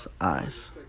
eyes